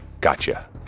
Gotcha